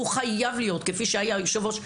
הוא חייב להיות, כפי שהיה יושב-ראש הוועדה,